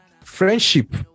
friendship